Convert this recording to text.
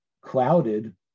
clouded